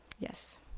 Yes